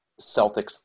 Celtics